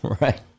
Right